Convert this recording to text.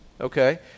okay